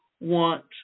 want